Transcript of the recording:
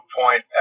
point